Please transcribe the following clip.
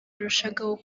yarushagaho